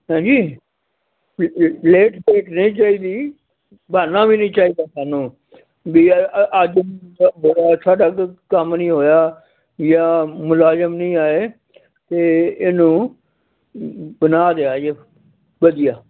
ਹੈਂਜੀ ਲੇਟ ਫੇਟ ਨਹੀਂ ਚਾਹੀਦੀ ਬਹਾਨਾ ਵੀ ਨਹੀਂ ਚਾਹੀਦਾ ਸਾਨੂੰ ਵੀ ਅੱਜ ਜਿਹੜਾ ਸਾਡਾ ਕੰਮ ਨਹੀਂ ਹੋਇਆ ਜਾਂ ਮੁਲਾਜ਼ਮ ਨਹੀਂ ਆਏ ਅਤੇ ਇਹਨੂੰ ਬਣਾ ਦਿਓ ਜੇ ਵਧੀਆ